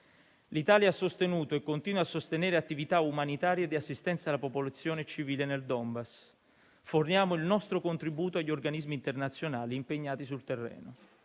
L'Italia ha sostenuto e continua a sostenere attività umanitarie di assistenza alla popolazione civile nel Donbass. Forniamo il nostro contributo agli organismi internazionali impegnati sul terreno.